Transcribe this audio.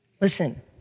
Listen